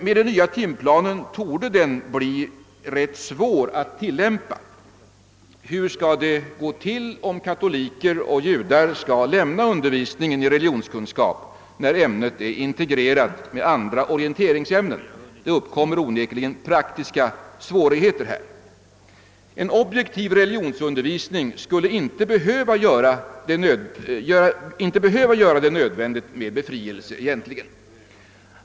Med den nya timplanen torde den emellertid bli rätt svår att tillämpa. Hur skall det gå till, om katoliker och judar skall lämna undervisningen i religionskunskap när ämnet är integrerat med andra orienteringsämnen? Här uppkommer onekligen praktiska svårigheter. En objektiv religionsundervisning skulle egentligen inte behöva göra det nödvändigt med sådan befrielse.